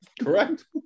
Correct